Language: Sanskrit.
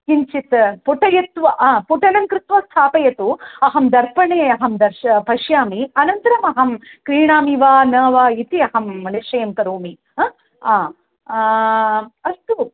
किञ्चित् पुटयित्वा हा पुटनं कृत्वा स्थापयतु अहं दर्पणे अहं दर्श पश्यामि अनन्तरम् अहं क्रीणामि वा न वा इति अहं निश्चयं करोमि ह् आ अस्तु